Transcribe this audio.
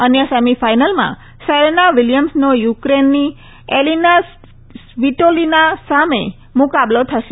અન્ય સેમિ ફાઇનલમાં સેરેના વિલિયમ્સનો યુક્રેનની એલિના સ્વીટોલીના સામે મુકાબલો થશે